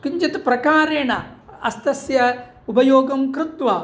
किञ्चित् प्रकारेण हस्तस्य उपयोगं कृत्वा